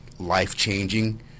Life-changing